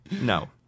No